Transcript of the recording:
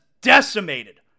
decimated